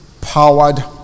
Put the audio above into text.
Powered